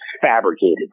fabricated